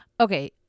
Okay